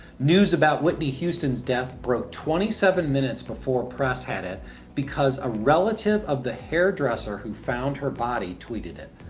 news about whitney houston's death broke twenty seven minutes before the press had it because a relative of the hairdresser who found her body tweeted it.